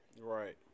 Right